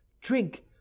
Drink